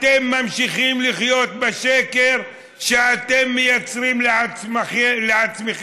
אתם ממשיכים לחיות בשקר שאתם מייצרים לעצמכם.